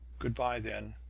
good-by, then,